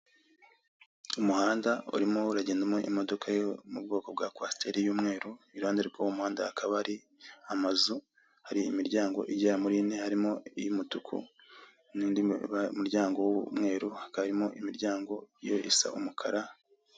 Umuhanda urimo uragendamo imodoka yo mu bwoko bwa kwasiteri y'umweru, iruhande rw'uwo muhanda hakaba hari amazu, hari imiryango igera muri ine harimo iy'umutuku, n'indi muryango w'umweru, hakaba harimo imiryango yo isa umukara.